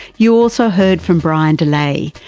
you also heard from brian delay,